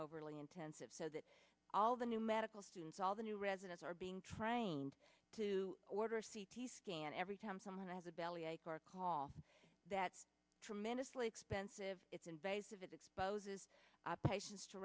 overly intensive so that all the new medical students all the new residents are being trained to order a c t scan every time someone has a belly ache or call that tremendously expensive it's invasive it exposes patients to